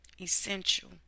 Essential